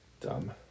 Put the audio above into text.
dumb